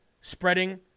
spreading